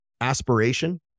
aspiration